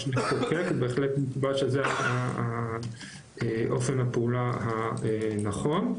לחוקק ובהחלט נקבע שזה אופן הפעולה הנכון.